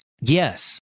yes